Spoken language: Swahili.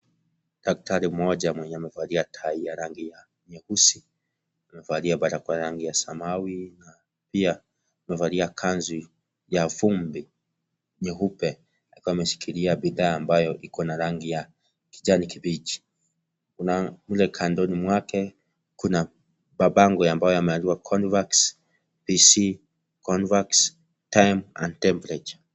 Daktari mmoja mwenye amevalia tai ya rangi ya nyeusi, amevalia barakoa ya rangi ya samawi na pia amevalia kanzu ya vumbi nyeupe akiwa ameshikilia bidhaa ambayo iko na rangi ya kijani kibichi, kuna mle kandoni mwake kuna mabango ambayo yameandikwa (cs)Covax pc,covax time and temeperature(cs).